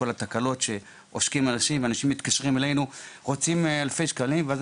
כל התקלות כאשר עושקים אנשים כשרוצים מהם אלפי שקלים והם מתקשרים אלינו.